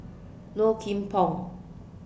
Low Kim Pong